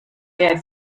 der